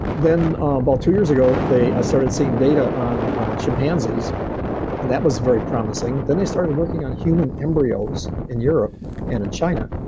then about two years ago, i started seeing data on on chimpanzees, and that was very promising. then they started working on human embryos in europe and in china.